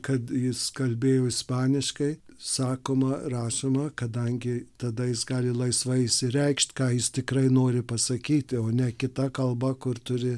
kad jis kalbėjo ispaniškai sakoma rašoma kadangi tada jis gali laisvai išsireikšt ką jis tikrai nori pasakyti o ne kita kalba kur turi